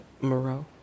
Moreau